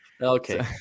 Okay